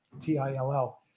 T-I-L-L